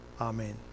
amen